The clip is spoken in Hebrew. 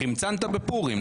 חמצנת בפורים.